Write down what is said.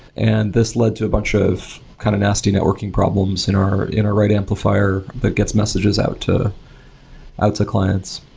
and this led to a bunch of kind of nasty networking problems in our in our right amplifier that gets messages out to out to clients.